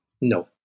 No